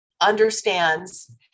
understands